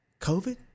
COVID